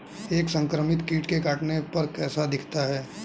एक संक्रमित कीट के काटने पर कैसा दिखता है?